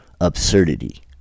absurdity